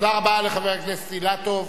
תודה רבה לחבר הכנסת אילטוב.